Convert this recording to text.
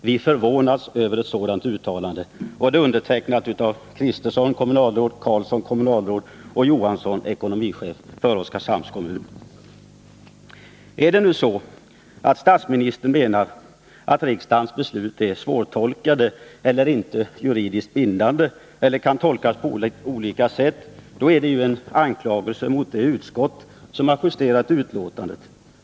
Vi förvånas över ett sådant uttalande.” Om statsministern menar att riksdagens beslut är svårtolkade, inte juridiskt bindande eller kan tolkas på olika sätt, är det en anklagelse mot det utskott som har justerat betänkandet.